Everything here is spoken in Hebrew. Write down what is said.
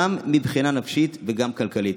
גם מבחינה נפשית וגם כלכלית.